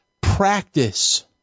practice